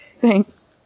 Thanks